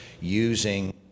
using